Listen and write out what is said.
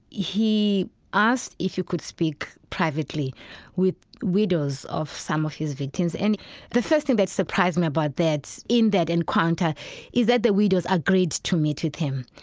he asked if he could speak privately with widows of some of his victims. and the first thing that surprised me about that in that encounter is that the widows agreed to meet with him.